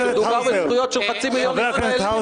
מדובר בזכויות של חצי מיליון ישראלים.